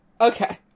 Okay